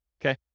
Okay